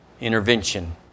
intervention